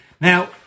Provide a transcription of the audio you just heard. Now